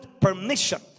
permission